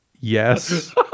Yes